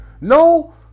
no